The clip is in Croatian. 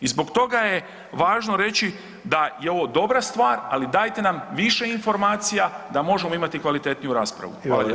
I zbog toga je važno reći da je ovo dobra stvar, ali dajte nam više informacija da možemo imati kvalitetniju raspravu.